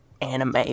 anime